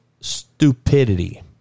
stupidity